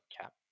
cap